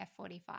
F45